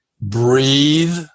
breathe